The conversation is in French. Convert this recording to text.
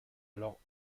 alors